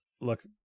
look